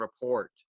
report